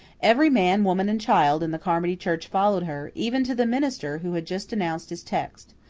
every man, woman, and child in the carmody church followed her, even to the minister, who had just announced his text.